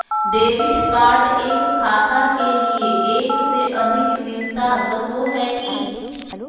Debit card एक खाता के लिए एक से अधिक मिलता सको है की?